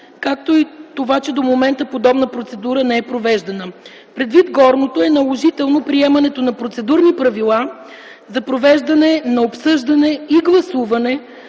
както и това, че до момента подобна процедура не е провеждана. Предвид горното е наложително приемането на процедурни правила за провеждане на обсъждане и гласуване